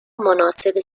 مناسب